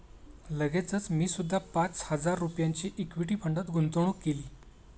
लगेचच मी सुद्धा पाच हजार रुपयांची इक्विटी फंडात गुंतवणूक केली